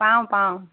পাওঁ পাওঁ